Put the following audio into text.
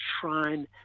shrine